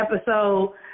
episode